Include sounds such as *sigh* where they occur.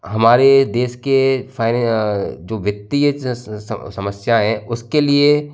हमारे देश के *unintelligible* जो व्यक्ति समस्या है उसके लिए